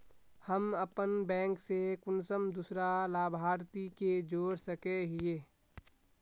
हम अपन बैंक से कुंसम दूसरा लाभारती के जोड़ सके हिय?